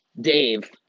Dave